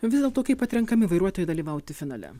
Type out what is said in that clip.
vis dėlto kaip atrenkami vairuotojai dalyvauti finale